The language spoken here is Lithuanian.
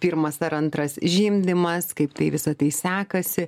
pirmas ar antras žindymas kaip tai visa tai sekasi